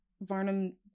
Varnum